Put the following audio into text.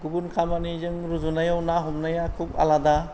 गुबुन खामानिजों रुजुनायाव ना हमनाया खुब आलादा